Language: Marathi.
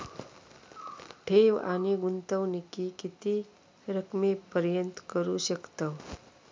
ठेव आणि गुंतवणूकी किती रकमेपर्यंत करू शकतव?